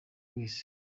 wese